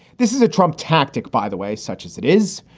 this is a trump tactic, by the way, such as it is.